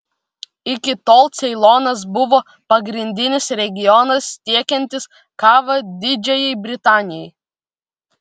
iki tol ceilonas buvo pagrindinis regionas tiekiantis kavą didžiajai britanijai